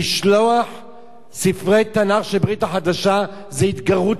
לשלוח ספרי תנ"ך של הברית החדשה זה התגרות